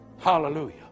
Hallelujah